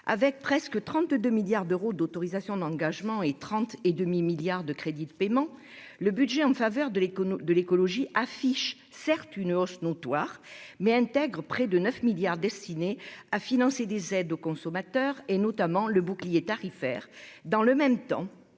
Avec presque 32 milliards d'euros en autorisations d'engagement et 30,5 milliards d'euros en crédits de paiement, le budget en faveur de l'écologie affiche certes une hausse notoire, mais intègre près de 9 milliards d'euros destinés à financer des aides aux consommateurs, notamment le bouclier tarifaire.